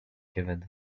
given